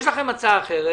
אם יש לכם הצעה אחרת,